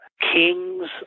kings